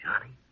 Johnny